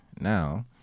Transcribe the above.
now